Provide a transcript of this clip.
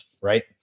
right